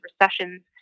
recessions